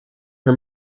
her